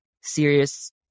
serious